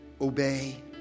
Obey